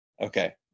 Okay